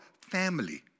family